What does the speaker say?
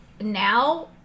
Now